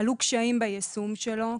עלו קשיים ביישום שלו,